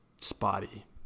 spotty